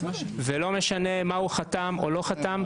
ולא משנה מה הוא חתם או לא חתם.